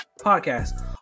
podcast